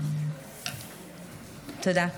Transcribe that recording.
תודה.